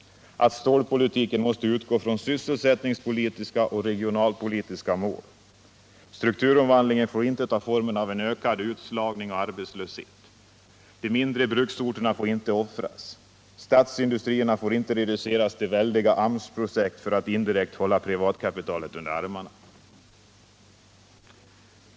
Stålpolitiken måste utgå från sysselsättningspolitiska och regionalpolitiska mål. Strukturomvandlingen får inte ta formen av ökad utslagning och arbetslöshet. De mindre bruksorterna får inte offras. Statsindustrierna får inte reduceras till väldiga AMS-projekt för att indirekt hålla privatkapitalet under armarna.